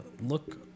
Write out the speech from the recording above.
look